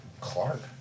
Clark